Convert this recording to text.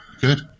Good